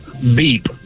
Beep